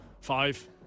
Five